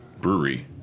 brewery